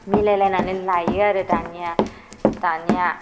मिलायलायनानै लायो आरो दानिया दानिया